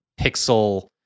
pixel